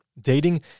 Dating